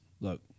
look